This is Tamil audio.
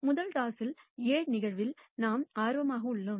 முதல் டாஸில் A நிகழ்வில் நாம் ஆர்வமாக உள்ளோம்